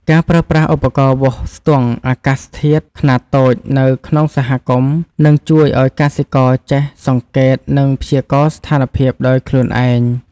ការប្រើប្រាស់ឧបករណ៍វាស់ស្ទង់អាកាសធាតុខ្នាតតូចនៅក្នុងសហគមន៍នឹងជួយឱ្យកសិករចេះសង្កេត និងព្យាករណ៍ស្ថានភាពដោយខ្លួនឯង។